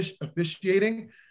officiating